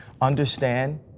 understand